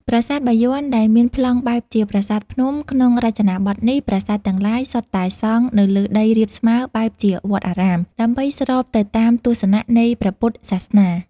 ប្រាសាទបាយ័ន ដែលមានប្លង់បែបជាប្រាសាទភ្នំ ក្នុងរចនាបថនេះ ប្រាសាទទាំងឡាយ សុទ្ធតែសង់នៅលើដីរាបស្មើបែបជាវត្តអារាម ដើម្បីស្របទៅតាមទស្សនៈ នៃព្រះពុទ្ធសាសនា ។